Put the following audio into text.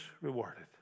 rewarded